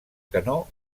canó